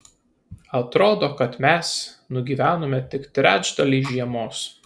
atrodo kad mes nugyvenome tik trečdalį žiemos